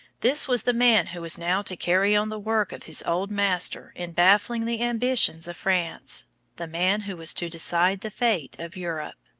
this was the man who was now to carry on the work of his old master in baffling the ambitions of france the man who was to decide the fate of europe.